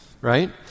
Right